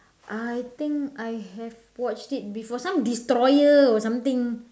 I think I have watched it before some destroyer or something